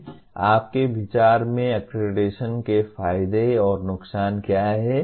आपके विचार में अक्रेडिटेशन के फायदे और नुकसान क्या हैं